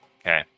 Okay